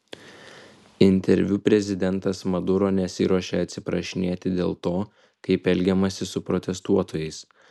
interviu prezidentas maduro nesiruošė atsiprašinėti dėl to kaip elgiamasi su protestuotojais